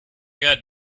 got